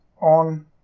on